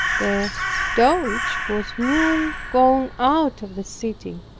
the doge was newly gone out of the city,